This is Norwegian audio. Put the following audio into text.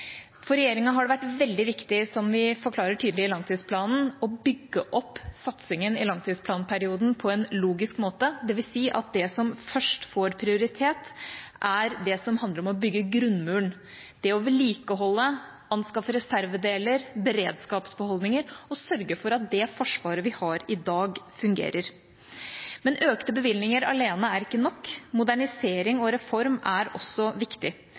For regjeringa har det vært veldig viktig, som vi forklarer tydelig i langtidsplanen, å bygge opp satsingen i langtidsplanperioden på en logisk måte, dvs. at det som først får prioritet, er det som handler om å bygge grunnmuren – å vedlikeholde, anskaffe reservedeler, beredskapsbeholdninger og å sørge for at det forsvaret vi har i dag, fungerer. Men økte bevilgninger alene er ikke nok, modernisering og reform er også viktig.